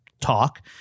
talk